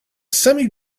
semi